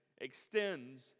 extends